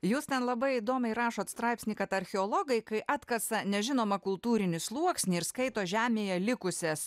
jūs labai įdomiai rašot straipsny kad archeologai kai atkasa nežinomą kultūrinį sluoksnį ir skaito žemėje likusias